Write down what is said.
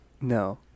No